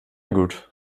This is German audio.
gut